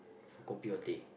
for kopi or teh